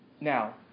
Now